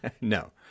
No